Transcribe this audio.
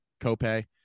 copay